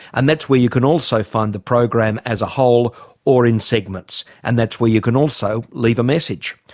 and that's where you can also find the program as a whole or in segments. and that's where you can also leave a message.